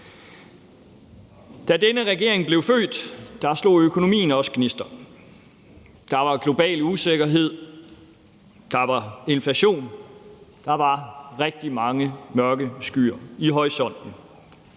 Da denne regering blev født, slog økonomien også gnister. Der var global usikkerhed; der var inflation; der var rigtig mange mørke skyer i horisonten.